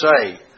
say